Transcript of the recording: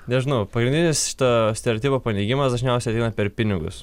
nežinau pagrindinis šito stereotipo paneigimas dažniausiai eina per pinigus